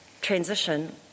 transition